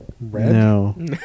no